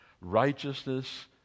righteousness